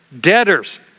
debtors